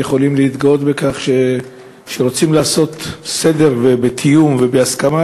יכול להתגאות בכך שכשרוצים לעשות סדר בתיאום ובהסכמה,